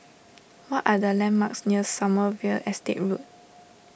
what are the landmarks near Sommerville Estate Road